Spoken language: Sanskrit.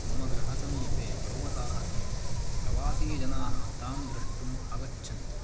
मम गृहसमीपे पर्वताः सन्ति प्रवासीजनाः तां द्रष्टुम् आगच्छन्ति